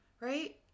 right